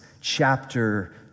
chapter